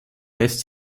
lässt